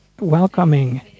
welcoming